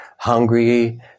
hungry